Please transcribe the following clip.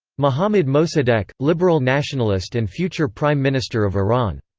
mohammed mosaddeq liberal nationalist and future prime minister of iran.